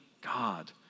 God